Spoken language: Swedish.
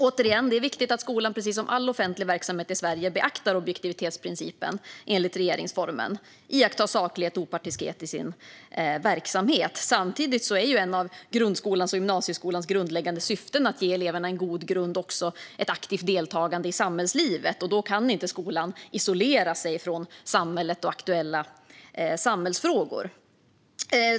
Återigen: Det är viktigt att skolan, precis som all offentlig verksamhet i Sverige, beaktar objektivitetsprincipen enligt regeringsformen och iakttar saklighet och opartiskhet i sin verksamhet. Samtidigt är ett av grundskolans och gymnasieskolans grundläggande syften att ge eleverna en god grund också i form av aktivt deltagande i samhällslivet, och då kan inte skolan isolera sig från samhället och aktuella samhällsfrågor.